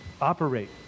operate